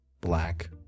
black